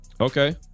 okay